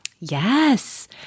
Yes